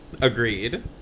Agreed